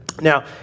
Now